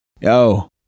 Yo